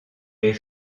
les